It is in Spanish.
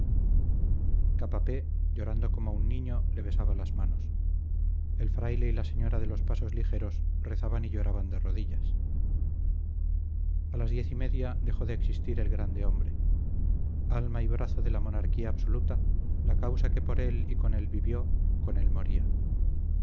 capapé llorando como un niño le besaba las manos el fraile y la señora de los pasos ligeros rezaban y lloraban de rodillas a las diez y media dejó de existir el grande hombre alma y brazo de la monarquía absoluta la causa que por él y con él vivió con él moría